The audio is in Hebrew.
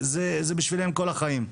זה בשבילם כל החיים.